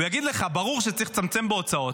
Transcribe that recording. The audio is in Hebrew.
הוא יגיד לך: ברור שצריך לצמצם בהוצאות,